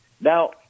Now-